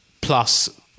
plus